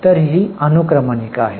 तर ही अनुक्रमणिका आहे